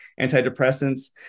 antidepressants